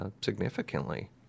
significantly